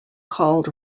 called